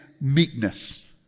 meekness